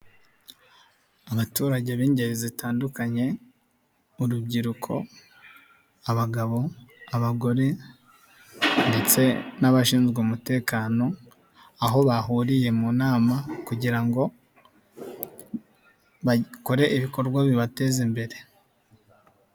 Abaturage b'ingeri zitandukanye, urubyiruko, abagabo, abagore ndetse n'abashinzwe umutekano, aho bahuriye mu nama kugira ngo bakore ibikorwa bibateza imbere.